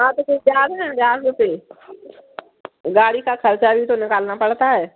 हाँ तो फिर जाना है हज़ार रुपये से गाड़ी का ख़र्चा भी तो निकालना पड़ता है